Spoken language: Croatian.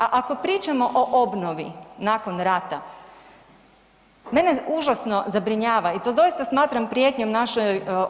A ako pričamo o obnovi nakon rata mene užasno zabrinjava i to doista smatram prijetnjom